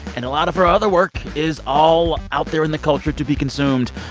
and a lot of her other work is all out there in the culture to be consumed.